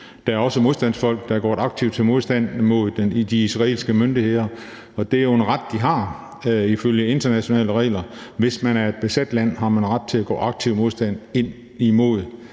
Der er også modstandsfolk, der er gået aktivt til modstand mod de israelske myndigheder. Det er jo en ret, de har ifølge internationale regler. Hvis man er et besat land, har man ret til at gøre aktiv modstand mod